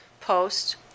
post